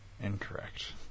Incorrect